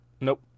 Nope